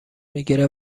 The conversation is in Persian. میگیره